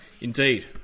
Indeed